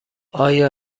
آیا